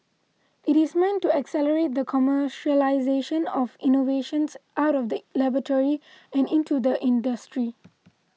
it is meant to accelerate the commercialisation of innovations out of the laboratory and into the industry